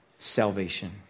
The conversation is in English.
salvation